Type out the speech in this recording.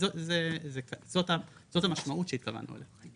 וזאת המשמעות שהתכוונו אליה.